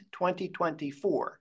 2024